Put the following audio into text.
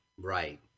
Right